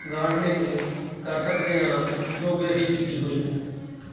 gardening ਕਰ ਸਕਦੇ ਹਾਂ ਜੋ ਕਿ ਅਸੀਂ ਕੀਤੀ ਹੋਈ ਹੈ